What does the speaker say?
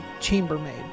chambermaid